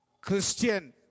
Christian